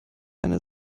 eine